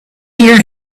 here